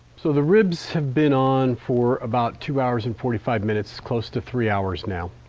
so the ribs have been on for about two hours and forty five minutes, it's close to three hours now.